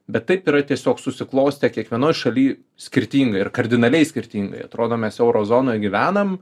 bet taip yra tiesiog susiklostę kiekvienoj šaly skirtingai ir kardinaliai skirtingai atrodo mes euro zonoj gyvenam